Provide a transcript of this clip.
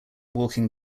walking